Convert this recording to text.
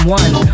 one